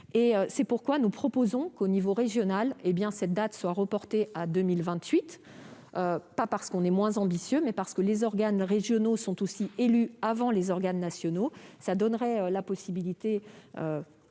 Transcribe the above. C'est pourquoi nous proposons qu'au niveau régional, cette date soit reportée à 2028, non parce que nous serions moins ambitieux, mais parce que les organes régionaux sont élus avant les organes nationaux. Cela donnerait la possibilité,